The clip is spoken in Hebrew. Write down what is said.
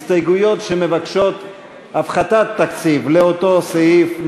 הסתייגויות שמבקשות הפחתת תקציב לאותו סעיף,